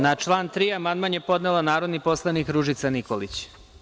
Na član 3. amandman je podnela narodni poslanik Ružica Nikolić.